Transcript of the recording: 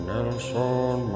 Nelson